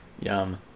yum